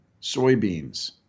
soybeans